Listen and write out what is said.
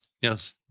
Yes